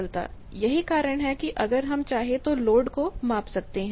यही कारण है कि अगर हम चाहे तो लोड को माप सकते हैं